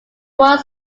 world